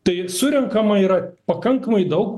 tai surenkama yra pakankamai daug